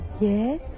Yes